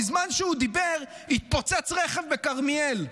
בזמן שהוא דיבר, התפוצץ רכב בכרמיאל,